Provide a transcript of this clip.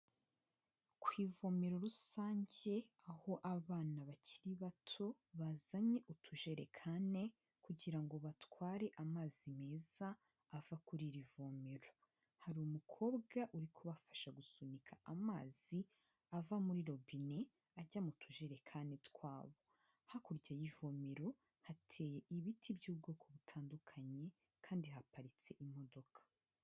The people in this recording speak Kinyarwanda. ku ivomero rusange aho abana bakiri bato bazanye utujerekane kugira ngo batware amazi meza ava kurira ivomero, hari umukobwa uri kubafasha gusunika amazi ava muri robine ajya mu tujerekane twabo, hakurya y'ivomero hateye ibiti by'ubwoko butandukanye kandi haparitse imodoka.